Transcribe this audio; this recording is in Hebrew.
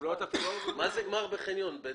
מה זה גמר בחניון?